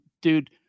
dude